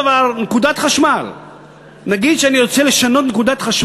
של שר השיכון נוכל לתקן